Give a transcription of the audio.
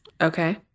Okay